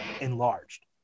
enlarged